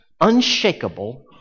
unshakable